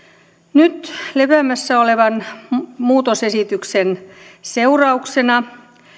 nyt lepäämässä olevan muutosesityksen seurauksena